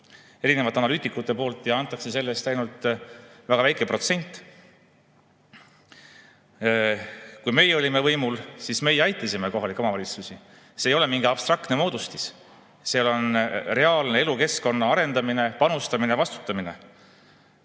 erinevad analüütikud, ent antakse sellest ainult väga väike protsent. Kui meie olime võimul, siis meie aitasime kohalikke omavalitsusi. See ei ole mingi abstraktne moodustis, seal [toimub] reaalne elukeskkonna arendamine, panustamine, vastutamine.